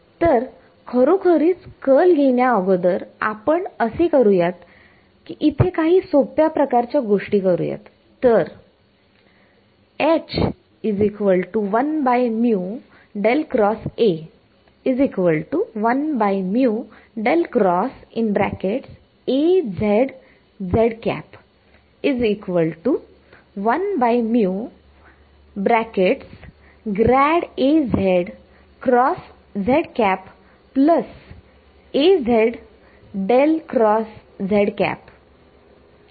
तर खरोखरीच कर्ल घेण्याअगोदर आपण असे करूयात की इथे काही सोप्या प्रकारच्या गोष्टी करूयात